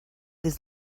des